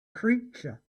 creature